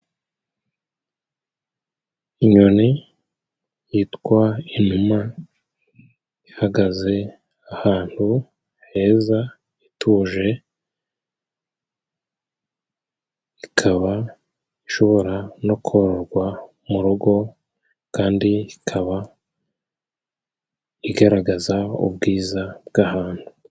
Inyoni yitwa inuma ihagaze ahantu heza ituje ikaba ishobora no kororwa mu rugo, kandi ikaba igaragaza ubwiza bw'ahantu.